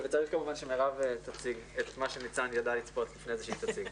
וצריך כמובן שמירב תציג את מה שניצן ידע לצפות לפני זה שהיא תציג.